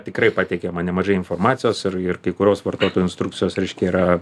tikrai pateikiama nemažai informacijos ir ir kai kurios vartotojų instrukcijos reiškia yra